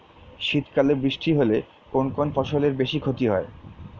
শীত কালে বৃষ্টি হলে কোন কোন ফসলের বেশি ক্ষতি হয়?